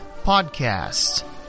podcast